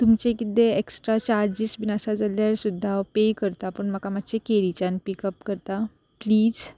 तुमचे कितें extra charges बीन आसा जाल्यार सुद्दां हांव पे करतां पूण म्हाका मात्शे केरीच्यान पिकअप करतां प्लीज